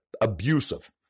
abusive